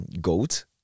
goat